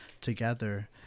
together